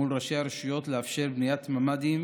מול ראשי הרשויות לאפשר בניית ממ"דים